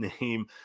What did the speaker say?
name